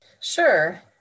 Sure